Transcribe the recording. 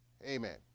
Amen